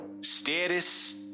status